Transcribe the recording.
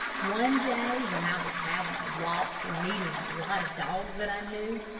one day when i was having a walk, and meeting a lot of dogs that i knew,